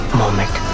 moment